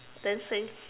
then say